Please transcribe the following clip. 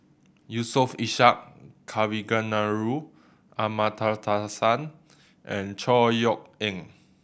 Yusof Ishak Kavignareru Amallathasan and Chor Yeok Eng